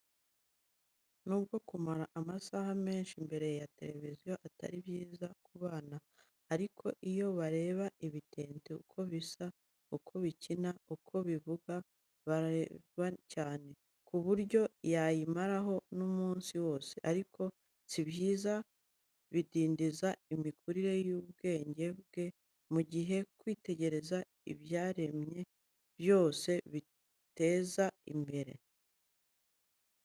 N'ubwo kumara amasaha menshi imbere ya televiziyo atari byiza ku bana, ariko iyo bareba ibitente uko bisa, uko bikina, uko bivuga, baranezerwa cyane, ku buryo yayimaraho n'umunsi wose, ariko si byiza, bidindiza imikurire y'ubwenge bwe mu gihe kwitegereza ibyaremwe byo bibuteza imbere.